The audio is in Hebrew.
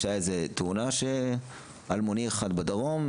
כשהייתה איזו תאונה של איזה אלמוני אחד בדרום,